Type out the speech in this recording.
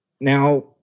Now